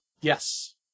Yes